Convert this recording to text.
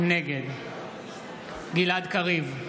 נגד גלעד קריב,